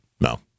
No